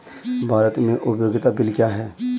भारत में उपयोगिता बिल क्या हैं?